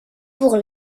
pour